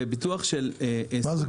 וביטוח של --- מה זה,